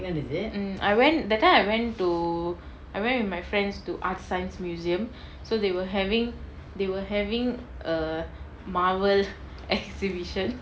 mm I went that time I went to I went with my friends to art science museum so they were having they were having a marvel exhibition